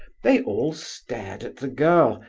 they all stared at the girl,